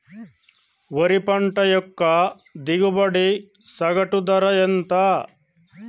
వరి పంట యొక్క దిగుబడి సగటు ధర ఎంత?